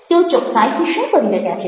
તેઓ ચોક્કસાઈથી શું કરી રહ્યા છે